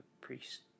priest